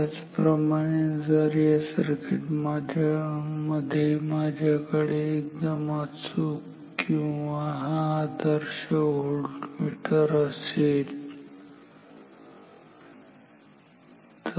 त्याचप्रमाणे जर या सर्किट मध्ये माझ्याकडे एकदम अचूक किंवा हा आदर्श व्होल्टमीटर असेल ठीक आहे